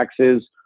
taxes